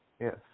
Yes